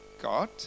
God